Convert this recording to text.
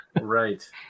right